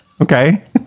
Okay